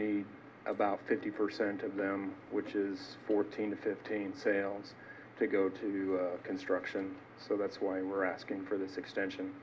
need about fifty percent of them which is fourteen to fifteen sales to go to construction so that's why we're asking for this extension